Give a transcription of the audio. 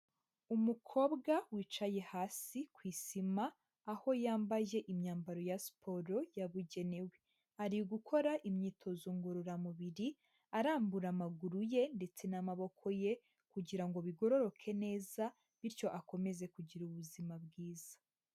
Umukobwa wicaye hasi ku isima, aho yambaye imyambaro ya siporo yabugenewe, ari gukora imyitozo ngororamubiri arambura amaguru ye ndetse n'amaboko ye kugira ngo bigororoke neza bityo akomeze kugira ubuzima bwiza.